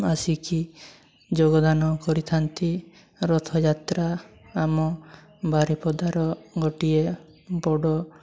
ଆସିକି ଯୋଗଦାନ କରିଥାନ୍ତି ରଥଯାତ୍ରା ଆମ ବାରିପଦାର ଗୋଟିଏ ବଡ଼